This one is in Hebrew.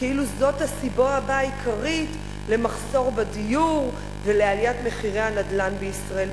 כאילו זאת הסיבה העיקרית למחסור בדיור ולעליית מחירי הנדל"ן בישראל.